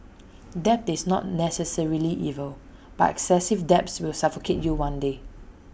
debt is not necessarily evil but excessive debts will suffocate you one day